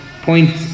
point